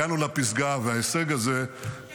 הגענו לפסגה, וההישג הזה -- לבד הגעת.